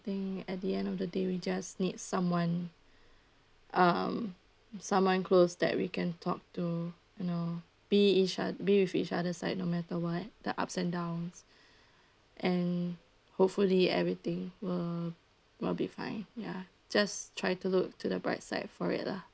think at the end of the day we just need someone um someone close that we can talk to you know be each o~ be with each other's side no matter what the ups and downs and hopefully everything will will be fine ya just try to look to the bright side for it lah